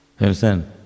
understand